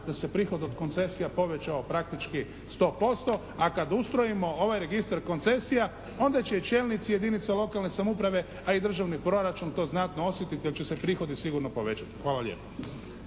da se prihod od koncesija povećao praktički 100% a kad ustrojimo ovaj registar koncesija onda će čelnici jedinica lokalne samouprave a i državni proračun to znatno osjetiti jer će se prihodi sigurno povećati. Hvala lijepa.